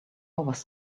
was